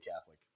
Catholic